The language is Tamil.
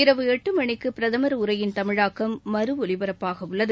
இரவு எட்டு மணிக்கும் பிரதமர் உரையின் தமிழாக்கம் மறு ஒலிபரப்பாகவுள்ளது